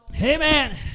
amen